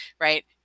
right